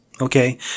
Okay